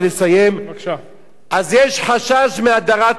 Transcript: אז יש חשש מהדרת נשים.